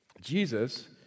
Jesus